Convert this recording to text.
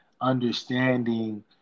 understanding